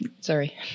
Sorry